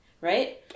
right